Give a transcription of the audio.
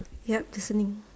yup listening